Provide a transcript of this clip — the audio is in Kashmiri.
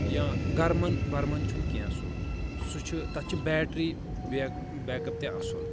یا گرمن ورمن چھُنہٕ کینٛہہ سُہ سُہ چھُ تتھ چھِ بیٹری بیک بیک اپ تہِ اصٕل